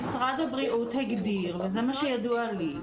אמרתי שמשרד הבריאות הגדיר, וזה מה שידוע לי.